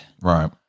Right